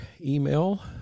email